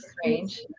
strange